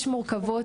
יש מורכבות,